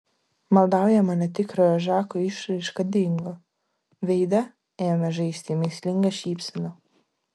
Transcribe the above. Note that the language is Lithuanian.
maldaujama netikrojo žako išraiška dingo veide ėmė žaisti mįslinga šypsena